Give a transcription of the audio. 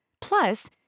Plus